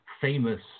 famous